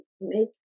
make